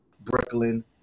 Brooklyn